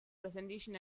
presentation